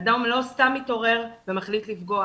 אדם לא סתם מתעורר ומחליט לפגוע